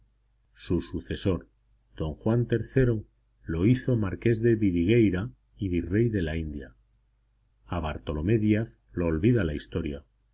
su sucesor don juan iii lo hizo marqués de vidigueira y virrey de la india a bartolomé díaz lo olvida la historia